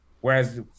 whereas